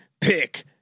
pick